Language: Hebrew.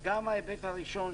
ההיבט הראשון,